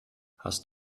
hast